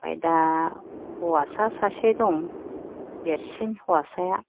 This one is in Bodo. ओमफ्राय दा हौवासा सासे दं देरसिन हौवासाया